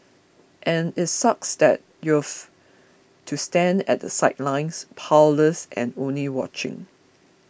and it sucks that you've to stand at the sidelines powerless and only watching